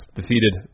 defeated